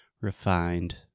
refined